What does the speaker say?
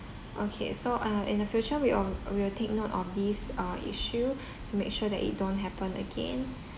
okay so uh in the future we um we will take note of these uh issue to make sure that it don't happen again